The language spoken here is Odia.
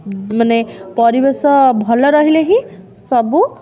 ମାନେ ପରିବେଶ ଭଲ ରହିଲେ ହିଁ ସବୁ